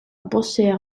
bosser